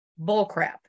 bullcrap